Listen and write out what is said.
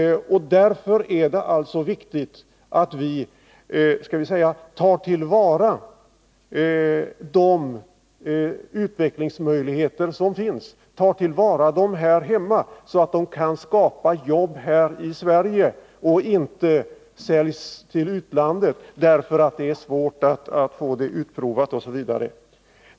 Det är alltså viktigt att vi här hemma tar till vara de utvecklingsmöjligheter som finns, så att de kan skapa jobb här i Sverige och metoderna inte säljs till utlandet därför att det är svårt att få dem utprovade osv.